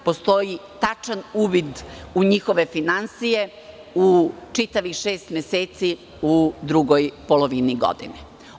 Postoji tačan uvid u njihove finansije za čitavih šest meseci u drugoj polovini godine.